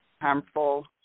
harmful